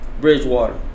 Bridgewater